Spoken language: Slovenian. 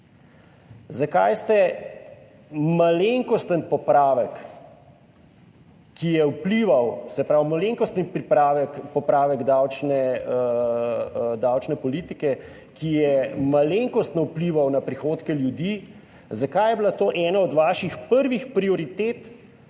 Zakaj ste malenkosten popravek, ki je vplival, se pravi malenkostni popravek davčne politike, ki je malenkostno vplival na prihodke ljudi, zakaj je bila to ena od vaših prvih prioritet